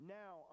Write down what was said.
now